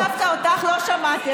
אני דווקא אותך לא שמעתי.